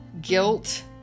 Guilt